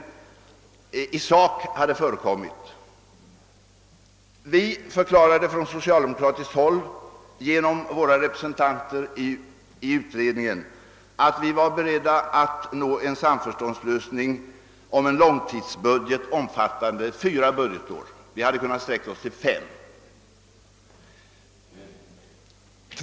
Vi förklarade från socialdemokratiskt håll — genom våra representanter i utredningen — för det första att vi var beredda att försöka nå en samförståndslösning om en långtidsbudget omfattande fyra budgetår; vi hade kunnat sträcka oss till fem år.